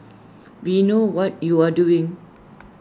we know what you are doing